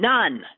None